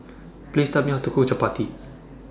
Please Tell Me How to Cook Chapati